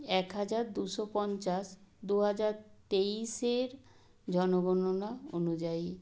এক হাজার দুশো পঞ্চাশ দু হাজার তেইশের জনগণনা অনুযায়ী